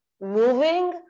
moving